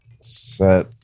Set